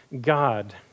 God